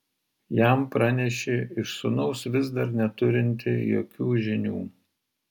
jam pranešė iš sūnaus vis dar neturinti jokių žinių